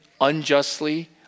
unjustly